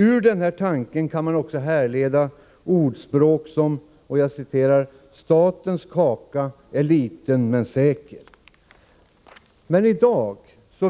Ur denna tanke kan man härleda ordspråk som ”statens kaka är liten, men den är säker”. I dag